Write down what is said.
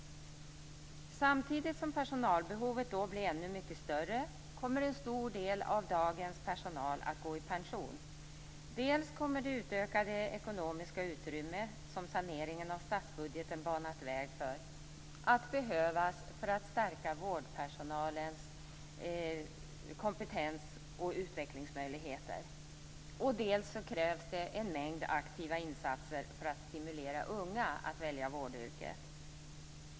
Samtidigt som personalbehovet då blir ännu mycket större kommer en stor del av dagens personal att gå i pension. Dels kommer det utökade ekonomiska utrymme, som saneringen av statsbudgeten banat väg för, att behövas för att stärka vårdpersonalens kompetens och utvecklingsmöjligheter. Dels krävs en mängd aktiva insatser för att stimulera unga att välja vårdyrket.